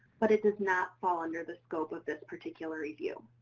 but it does not fall under the scope of this particular review.